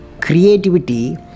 Creativity